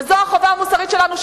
וזאת החובה המוסרית שלנו,